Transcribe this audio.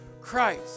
Christ